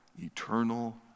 eternal